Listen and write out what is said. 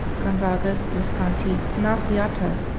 gonzagas, visconti, and alciati,